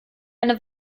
eine